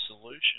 solution